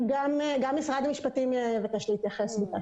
תמר: גם משרד המשפטים מבקש להתייחס.